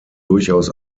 durchaus